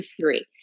three